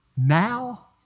now